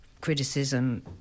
criticism